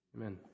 Amen